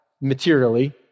materially